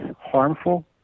harmful